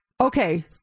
Okay